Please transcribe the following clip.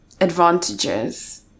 advantages